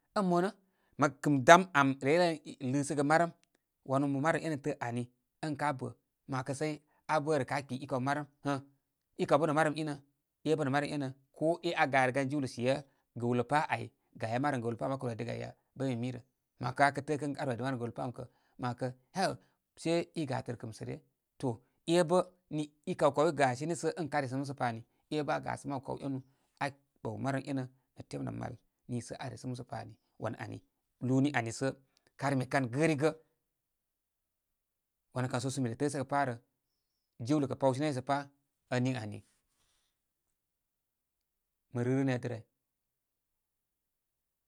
An monə' məkɨm dam am re ye ren lɨsəgə marəm. wanu marəm ēnə təə' ani ən kā bə, mə 'wakə sai aa bə'rə kə' aa kpi i kaw marəm, ghə' i kaw bə' nə marəm i nə. ɛ' bə' nə' marəm e' nə. ko e' aa garəgan jiwlə siye gəwlə pa' ai, gaye marəm gəwlə pa a'm aa kə' rwidəgə ai ya? Bə mi mi rə. Mə wakə ā kə tə'ə' kə ən a' rwidə marəm gəwlə pa' am kə ma 'wakə, həw se i gatərə kɨm sə ryə. To e' bə' nə' i kaw kaw i gasene sə ən kā resənə musəpa ani ē bə aa gasə mabu kaw e'nu ā boaw marəm e'nə nə' temlə mal, niisə aa resənə musə pa ani. Wan ani, lubarubar ni ani sə karmi kar gə'rigə. Wanu kan səw sə mi re tə'ə' sə gə pā rə. Jiwlə kə' pawshe nay pa' ən niŋ ani.